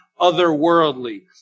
otherworldly